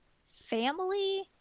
Family